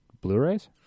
Blu-rays